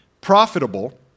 profitable